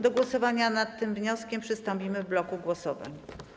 Do głosowania nad tym wnioskiem przystąpimy w bloku głosowań.